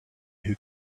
who